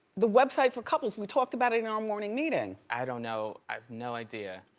the website for couples, we talked about it in our morning meeting. i don't know, i have no idea.